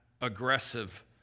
aggressive